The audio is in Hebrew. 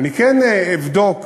אני כן אבדוק,